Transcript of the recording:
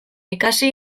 ikasi